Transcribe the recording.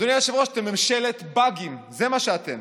אדוני היושב-ראש, אתם ממשלת באגים, זה מה שאתם.